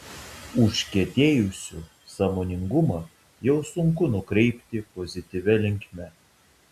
užkietėjusių sąmoningumą jau sunku nukreipti pozityvia linkme